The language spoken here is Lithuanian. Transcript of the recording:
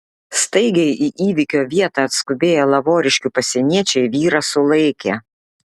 staigiai į įvykio vietą atskubėję lavoriškių pasieniečiai vyrą sulaikė